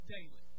Daily